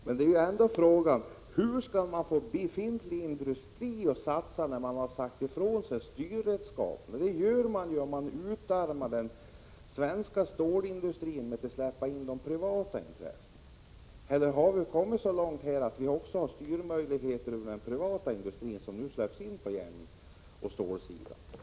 Herr talman! Frågan är ändå: Hur skall man få befintliga industrier att satsa när man sagt ifrån sig styrredskapen? Det är ju vad man gör när man utarmar den svenska stålindustrin genom att släppa in de privata intressena. Eller har vi kommit så långt att vi har styrmöjligheter också över privat industri, som nu släpps in på järnoch stålsidan?